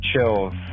chills